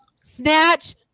snatch